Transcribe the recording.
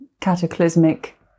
cataclysmic